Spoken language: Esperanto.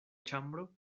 ĉambro